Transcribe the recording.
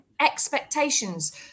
expectations